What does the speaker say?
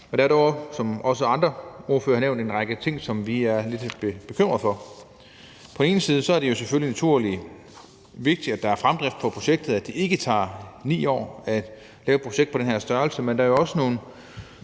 der er der, som også andre ordførere har nævnt, en række ting, som vi er lidt bekymrede for. På den ene side er det jo selvfølgelig utrolig vigtigt, at der er fremdrift i projektet, og at det ikke tager 9 år at lave et projekt af den her størrelse. Men der er jo også nogle